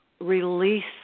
release